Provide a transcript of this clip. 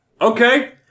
Okay